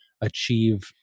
achieve